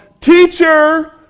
teacher